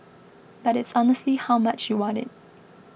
but it's honestly how much you want it